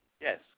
Yes